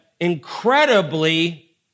incredibly